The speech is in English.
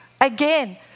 again